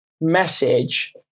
message